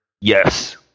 Yes